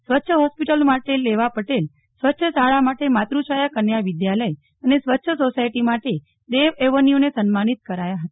સ્વચ્છ હોસ્પિટલ માટે લેવા પટેલ સ્વચ્છ શાળા માટે માતૃછાયા કન્યા વિદ્યાલય અને સ્વચ્છ સોસાયટી માટે દેવ એવન્યુને સન્માનિત કરાયા હતા